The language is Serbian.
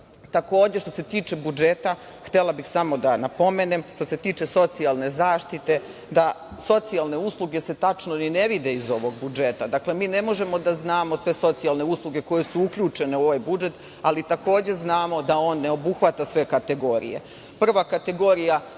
Ustava. Takođe, što se tiče budžeta, htela bih samo da napomenem, što se tiče socijalne zaštite, da se socijalne usluge tačno ni ne vide u ovom budžetu. Mi ne možemo da znamo sve socijalne usluge koje su uključene u ovaj budžet, ali takođe znamo da on ne obuhvata sve kategorije. Prva kategorija